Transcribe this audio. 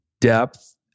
depth